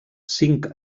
cinc